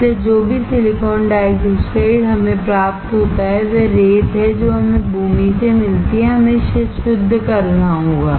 इसलिए जो भी सिलिकॉन डाइऑक्साइड हमें प्राप्त होता है वह रेत है जो हमें भूमि से मिलती है हमें इसे शुद्ध करना होगा